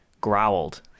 growled